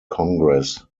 congress